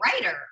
writer